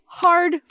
hard